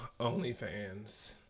OnlyFans